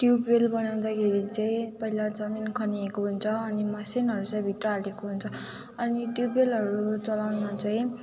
tubewell बनाउँदाखेरि चाहिँ पहिला जमिन खनिएको हुन्छ अनि मसिनहरू चाहिँ भित्र हालिएको हुन्छ अनि ट्युबवेलहरू चलाउँदा चाहिँ